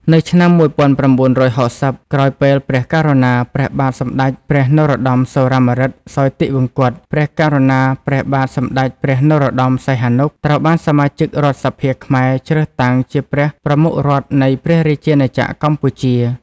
នៅឆ្នាំ១៩៦០ ក្រោយពេលព្រះករុណា ព្រះបាទសម្ដេចព្រះនរោត្តម សុរាម្រិត សោយទិវង្គត ព្រះករុណា ព្រះបាទសម្ដេចព្រះនរោត្តម សីហនុ ត្រូវបានសមាជិករដ្ឋសភាខ្មែរជ្រើសតាំងជាព្រះប្រមុខរដ្ឋនៃព្រះរាជាណាចក្រកម្ពុជា។